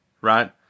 right